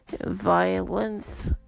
Violence